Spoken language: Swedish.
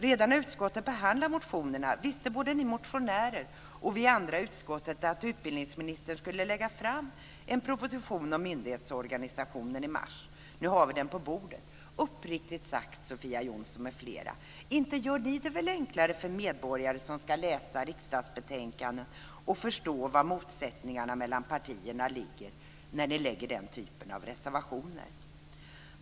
Redan när utskottet behandlade motionerna visste både ni motionärer och vi andra i utskottet att utbildningsministern skulle lägga fram en proposition om myndighetsorganisation i mars. Nu har vi den på bordet. Uppriktigt sagt, Sofia Jonsson m.fl., inte gör ni det väl enklare för de medborgare som ska läsa betänkandena att förstå var motsättningarna mellan partierna ligger när ni avger den typen av reservationer?